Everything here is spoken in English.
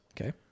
Okay